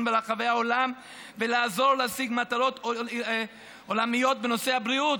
ברחבי העולם ולעזור להשיג מטרות עולמיות בנושא הבריאות.